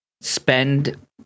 spend